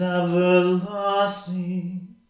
everlasting